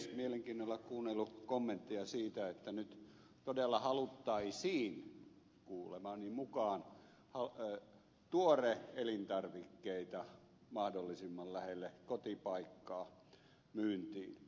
olen mielenkiinnolla kuunnellut kommentteja siitä että nyt todella haluttaisiin kuulemani mukaan tuore elintarvikkeita mahdollisimman lähelle kotipaikkaa myyntiin